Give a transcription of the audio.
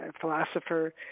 philosopher